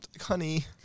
Honey